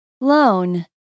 loan